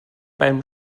beim